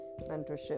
mentorship